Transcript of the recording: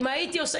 אם הייתי עושה,